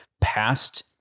past